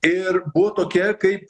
ir buvo tokia kaip